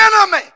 enemy